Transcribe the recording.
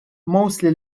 mostly